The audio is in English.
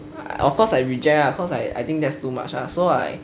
of course I reject lah cause I I think there's too much lah so I